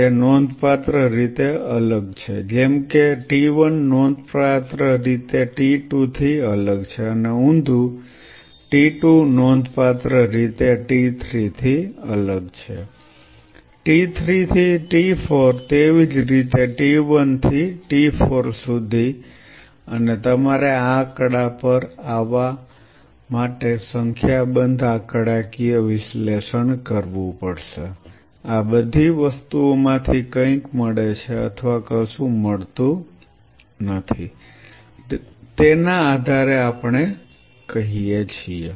તે નોંધપાત્ર રીતે અલગ છે જેમ કે T1 નોંધપાત્ર રીતે T2 થી અલગ છે અને ઊંધું T2 નોંધપાત્ર રીતે T3 થી અલગ T3 થી T4 તેવી જ રીતે T1 થી T4 સુધી અને તમારે આ આંકડા પર આવવા માટે સંખ્યાબંધ આંકડાકીય વિશ્લેષણ કરવું પડશે આ બધી વસ્તુઓમાંથી કઈંક મળે છે અથવા કશું મળતું નથી તેના આધારે આપણે કહીએ છીએ